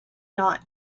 not